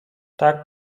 tak